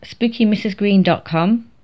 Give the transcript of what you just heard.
spookymrsgreen.com